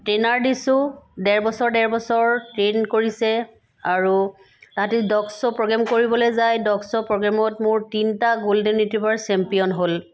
trainer দিছোঁ ডেৰ বছৰ ডেৰ বছৰ ট্ৰেইন কৰিছে আৰু তাত এই ডগ শ্ব' প্ৰগ্ৰেম কৰিবলৈ যায় ডগ শ্ব' প্ৰগেমত মোৰ তিনটা গল্ডেন ৰিটৰাইভাৰ চেম্পিয়ন হ'ল